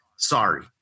Sorry